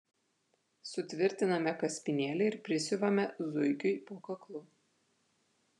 sutvirtiname kaspinėlį ir prisiuvame zuikiui po kaklu